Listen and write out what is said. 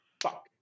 fuck